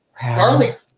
garlic